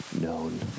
Known